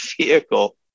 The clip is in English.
vehicle